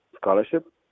scholarship